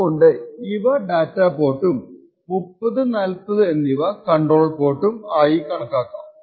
അതുകൊണ്ട് ഇവ ഡാറ്റ പോർട്ടും 30 40 എന്നിവ കണ്ട്രോൾ പോർട്ടും ആക്കാം